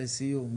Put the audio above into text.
לסיום.